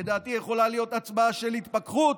לדעתי היא יכולה להיות הצבעה של התפכחות,